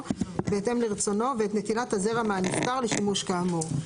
בהתאם לרצונו ואת נטילת הזרע מהנפטר לשימוש כאמור.